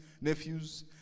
nephews